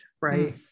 right